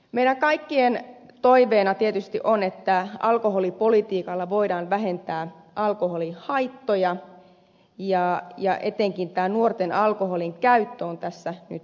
meidän kaikkien toiveena tietysti on että alkoholipolitiikalla voidaan vähentää alkoholin haittoja ja etenkin tämä nuorten alkoholinkäyttö on tässä nyt suurennuslasissa